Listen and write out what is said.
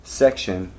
section